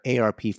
ARP